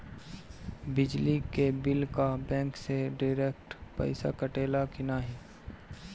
बिजली के बिल का बैंक से डिरेक्ट पइसा कटेला की नाहीं?